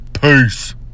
peace